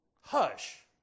Hush